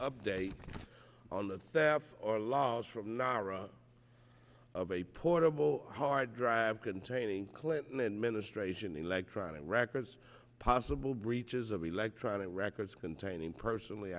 update on the staff or laws from nara of a portable hard drive containing clinton administration electronic records possible breaches of electronic records containing personally